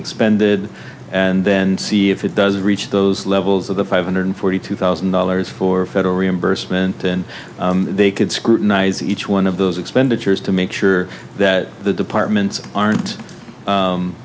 expended and then see if it does reach those levels of the five hundred forty two thousand dollars for federal reimbursement and they could scrutinize each one of those expenditures to make sure that the departments